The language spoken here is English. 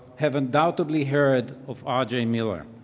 have undoubtably heard of arjay miller.